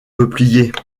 peupliers